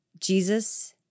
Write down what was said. Jesus